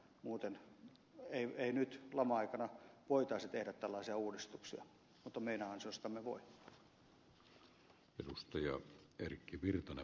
muuten ei nyt lama aikana voitaisi tehdä tällaisia uudistuksia mutta meidän ansiostamme voi